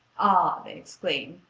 ah! they exclaim,